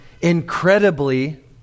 incredibly